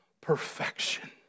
perfection